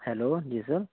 hello ji سر